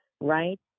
right